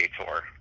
tour